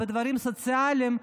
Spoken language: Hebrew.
בדברים סוציאליים,